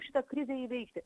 šitą krizę įveikti